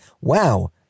wow